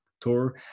tour